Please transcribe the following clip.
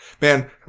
man